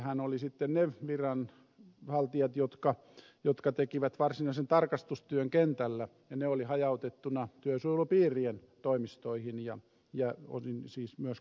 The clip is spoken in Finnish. piireissähän oli sitten ne viranhaltijat jotka tekivät varsinaisen tarkastustyön kentällä ja he olivat hajautettuina työsuojelupiirien toimistoihin ja osin siis myös kuntatasolle